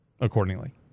accordingly